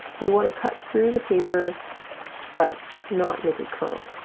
we want to cut through the paper but not make it curl